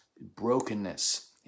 brokenness